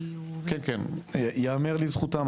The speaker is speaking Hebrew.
יאמר לזכותם,